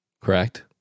Correct